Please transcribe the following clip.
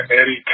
Eddie